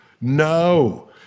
No